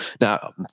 Now